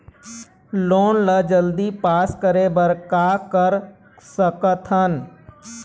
Loan ला जल्दी pass करे बर का कर सकथन?